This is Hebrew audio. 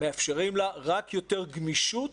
מאפשרים לה רק יותר גמישות